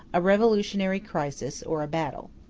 a revolutionary crisis, or a battle.